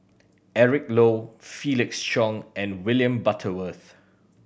Eric Low Felix Cheong and William Butterworth